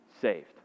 saved